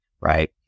right